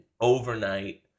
overnight